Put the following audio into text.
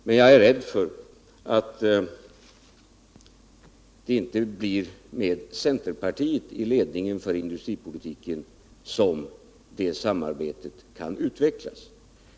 Men jag befarar att det inte blir med centerpartiet i ledningen för industripolitiken som detta samarbete kan utvecklas.